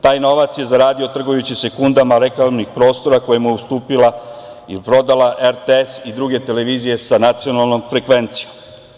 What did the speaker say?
Taj novac je zaradio trgujući sekundama reklamnih prostora koje mu je ustupila ili prodala RTS ili druge televizije sa nacionalnom frekvencijom.